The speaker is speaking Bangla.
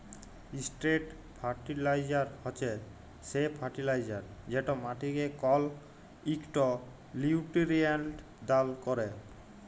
ইসট্রেট ফারটিলাইজার হছে সে ফার্টিলাইজার যেট মাটিকে কল ইকট লিউটিরিয়েল্ট দাল ক্যরে